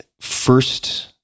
first